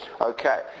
okay